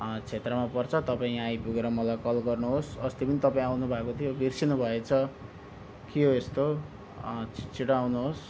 क्षेत्रमा पर्छ तपाईँ यहाँ आइपुगेर मलाई कल गर्नु होस् अस्ति पनि तपाईँ आउनु भएको थियो बिर्सिनु भएछ के हो यस्तो छिटो आउनु होस्